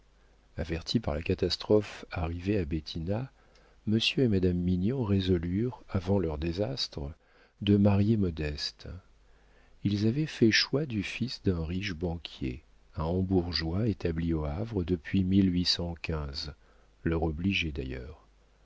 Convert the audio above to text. avertis par la catastrophe arrivée à bettina monsieur et madame mignon résolurent avant leur désastre de marier modeste ils avaient fait choix du fils d'un riche banquier un hambourgeois établi au havre depuis leur obligé d'ailleurs